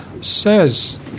says